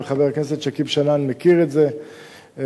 וחבר הכנסת שכיב שנאן מכיר את זה מקרוב.